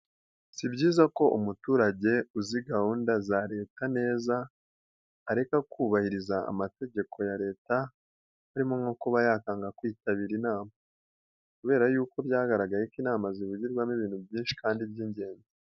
Si byiza ko umuturage uzi gahunda za Leta neza, areka kubahiriza amategeko ya Leta harimo nko kuba yakanga kwitabira inama kubera yuko byagaragaye ko inama zivugirwamo ibintu byinshi kandi by'ingenzi.